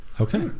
Okay